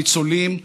הניצולים.